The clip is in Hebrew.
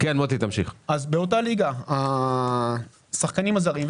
באותה ליגה השחקנים הזרים,